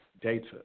Data